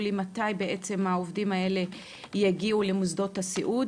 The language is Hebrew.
לי מתי בעצם העובדים האלה יגיעו למוסדות הסיעוד.